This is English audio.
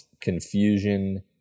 confusion